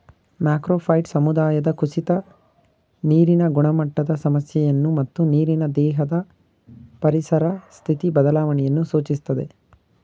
macrophyte ಸಮುದಾಯದ ಕುಸಿತ ನೀರಿನ ಗುಣಮಟ್ಟದ ಸಮಸ್ಯೆಯನ್ನು ಮತ್ತು ನೀರಿನ ದೇಹದ ಪರಿಸರ ಸ್ಥಿತಿ ಬದಲಾವಣೆಯನ್ನು ಸೂಚಿಸ್ತದೆ